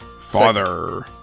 father